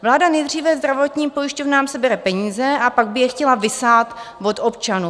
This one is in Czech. Vláda nejdříve zdravotním pojišťovnám sebere peníze, a pak by je chtěla vysát od občanů.